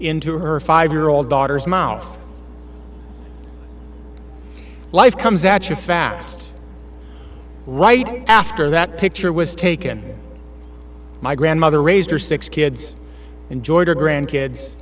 into her five year old daughter's mouth life comes at you fast right after that picture was taken my grandmother raised her six kids enjoyed her grandkids